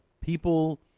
people